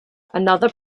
another